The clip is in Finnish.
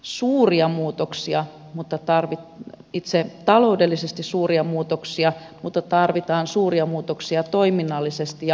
suuria muutoksia mutta tarvit tarvita taloudellisesti suuria muutoksia mutta tarvitaan suuria muutoksia toiminnallisesti ja asenteellisesti